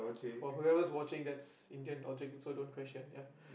for whoever's watching that's Indian logic so don't question ya